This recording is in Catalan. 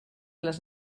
les